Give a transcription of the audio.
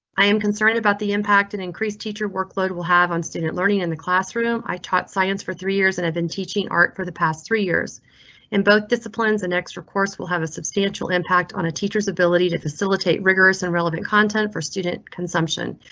i am concerned about the impact and increased teacher workload will have on student learning in the classroom. i taught science for three years and i've been teaching art for the past three years in both disciplines. an extra course will have a substantial impact on a teacher's ability to facilitate rigorous and relevant content for student consumption,